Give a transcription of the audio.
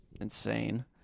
insane